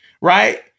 right